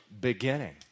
beginning